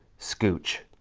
scooch.